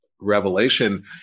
revelation